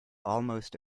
almost